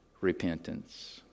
repentance